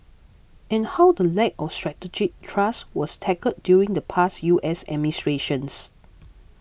and how the lack of strategic trust was tackled during the past U S administrations